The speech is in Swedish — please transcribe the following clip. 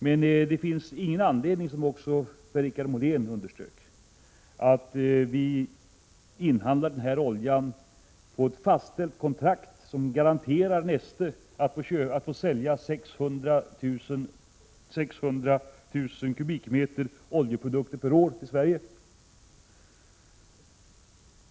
Men det finns ingen anledning, vilket också Per-Richard Molén underströk, att vi inhandlar oljan på ett kontrakt, som garanterar Neste att få sälja 600 000 m? oljeprodukter per år till Sverige.